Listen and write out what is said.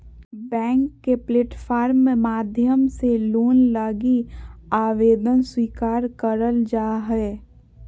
bank के platform माध्यम से लोन लगी आवेदन स्वीकार करल जा हय